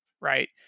right